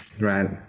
Right